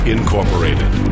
Incorporated